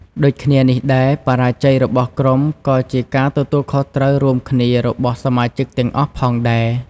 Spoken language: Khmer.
ដូចគ្នានេះដែរ បរាជ័យរបស់ក្រុម ក៏ជាការទទួលខុសត្រូវរួមគ្នារបស់សមាជិកទាំងអស់ផងដែរ។